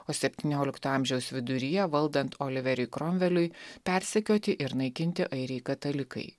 o septyniolikto amžiaus viduryje valdant oliveriui kromveliui persekioti ir naikinti airiai katalikai